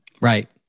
Right